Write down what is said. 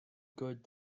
good